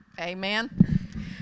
amen